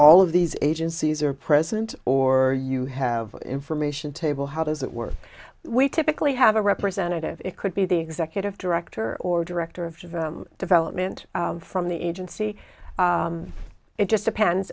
all of these agencies are present or you have information table how does it work we typically have a representative it could be the executive director or director of development from the agency it just depends